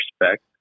respect